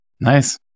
Nice